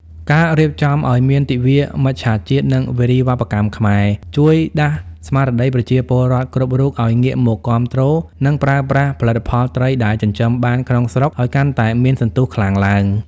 ការរៀបចំឱ្យមានទិវា "មច្ឆជាតិ និងវារីវប្បកម្មខ្មែរ" ជួយដាស់ស្មារតីប្រជាពលរដ្ឋគ្រប់រូបឱ្យងាកមកគាំទ្រ និងប្រើប្រាស់ផលិតផលត្រីដែលចិញ្ចឹមបានក្នុងស្រុកឱ្យកាន់តែមានសន្ទុះខ្លាំងឡើង។